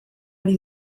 ari